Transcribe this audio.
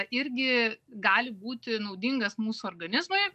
irgi gali būti naudingas mūsų organizmui